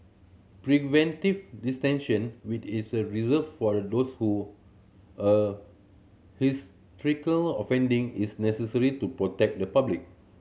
preventive which is a reserved for those offending is necessary to protect the public